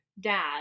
dad